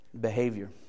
behavior